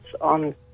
on